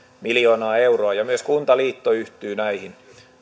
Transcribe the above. miljoonaa euroa myös kuntaliitto yhtyy näihin